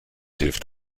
hilft